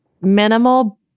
Minimal